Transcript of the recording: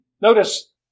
Notice